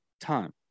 time